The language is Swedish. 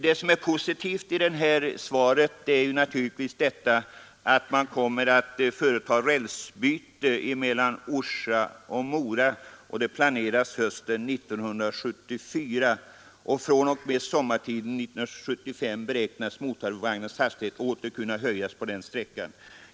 Det positiva i svaret är naturligtvis, att man planerar att hösten 1974 företa rälsbyte emellan Orsa och Mora. fr.o.m. sommaren 1975 beräknas motorvagnarnas hastighet åter kunna höjas på sträckan.